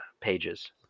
pages